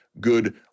good